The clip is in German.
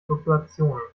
fluktuationen